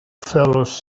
fellas